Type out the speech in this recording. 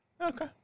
Okay